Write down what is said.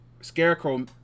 Scarecrow